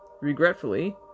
regretfully